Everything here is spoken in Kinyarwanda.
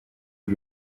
uru